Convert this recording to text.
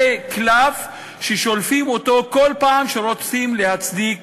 זה קלף ששולפים אותו כל פעם כשרוצים להצדיק